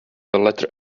letter